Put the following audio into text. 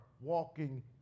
walking